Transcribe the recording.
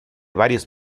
varios